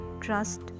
trust